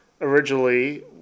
originally